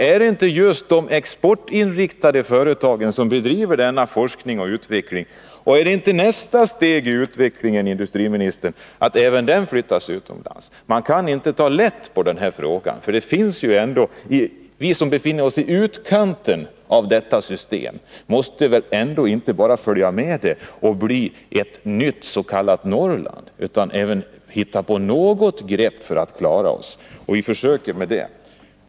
Är det inte just de exportinriktade företagen som bedriver denna forskning och utveckling? Och är inte nästa steg i utvecklingen, herr industriminister, att även den här forskningen flyttas utomlands? Man kan inte ta lätt på denna fråga. Vi som befinner oss i utkanten av detta system måste väl inte bara följa med och bli ett nytt Norrland, utan vi måste hitta på något grepp för att klara oss. Vi försöker med det.